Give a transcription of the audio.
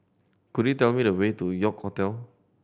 could you tell me the way to York Hotel